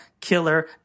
killer